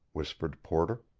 whispered porter.